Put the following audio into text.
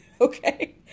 Okay